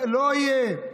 לא יהיה.